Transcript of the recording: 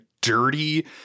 dirty